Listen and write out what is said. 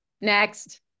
next